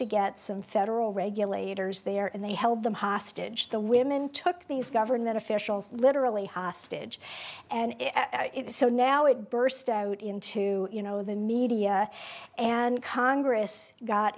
to get some federal regulators there and they held them hostage the women took these government officials literally hostage and so now it burst out into you know the media and congress got